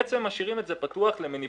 בעצם משאירים את זה פתוח למניפולציות.